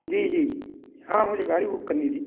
जी जी हाँ मुझे गाड़ी बुक करनी थी